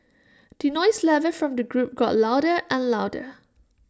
the noise level from the group got louder and louder